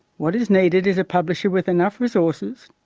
what is needed is a publisher with enough resources,